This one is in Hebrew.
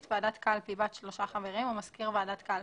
ועדת קלפי בת שלושה חברים ומזכיר ועדת קלפי,